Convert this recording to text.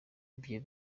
ibyo